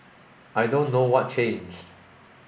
I don't know what changed